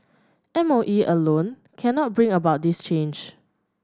M O E alone cannot bring about this change